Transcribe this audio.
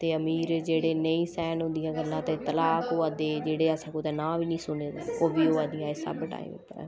ते अमीर जेह्ड़े नेईं सैह्न होंदियां गल्लां तलाक होआ दे जेह्ड़े असें कुतै नांऽ बी नेईं सुने दे ओह् बी होआ दे एस सब टाइम उप्पर